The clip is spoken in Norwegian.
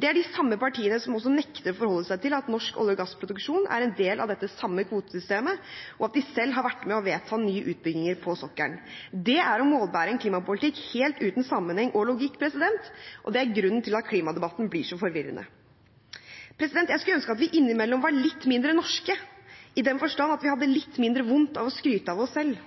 Det er de samme partiene som også nekter å forholde seg til at norsk olje- og gassproduksjon er en del av dette samme kvotesystemet, og at vi selv har vært med på å vedta nye utbygginger på sokkelen. Det er å målbære en klimapolitikk helt uten sammenheng og logikk, og det er grunnen til at klimadebatten blir så forvirrende. Jeg skulle ønske at vi innimellom var litt mindre norske, i den forstand at vi hadde litt mindre vondt av å skryte av oss selv,